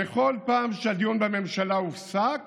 "בכל פעם שהדיון בממשלה הופסק